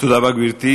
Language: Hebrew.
תודה רבה, גברתי.